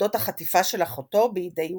אודות החטיפה של אחותו בידי ויקהם.